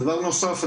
דבר נוסף,